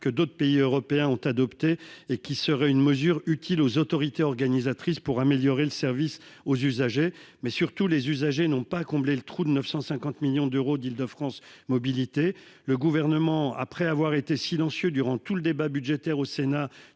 que d'autres pays européens ont adoptée : ce serait une mesure utile pour les autorités organisatrices afin d'améliorer le service aux usagers. Les usagers n'ont pas à combler le trou de 950 millions d'euros d'Île-de-France Mobilités. Le Gouvernement, après avoir été silencieux durant tout le débat budgétaire au Sénat,